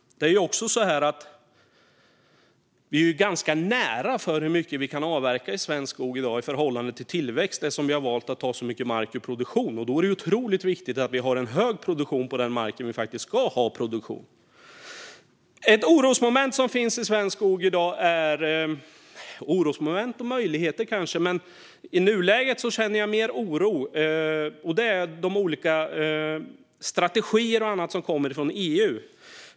Vi är också ganska nära hur mycket vi kan avverka i svensk skog i dag i förhållande till tillväxten eftersom vi har valt att ta så mycket mark ur produktion. Då är det otroligt viktigt att vi har hög produktion på den mark där vi faktiskt ska ha produktion. Ett annat orosmoment i svensk skog i dag - eller kanske en möjlighet och inte ett orosmoment, men i nuläget känner jag mer oro - är de olika strategier och annat som kommer från EU.